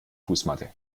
fußmatte